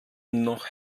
noch